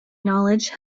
knowledge